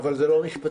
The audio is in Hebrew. אבל זה לא משפטי.